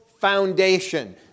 foundation